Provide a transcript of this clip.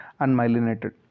unmyelinated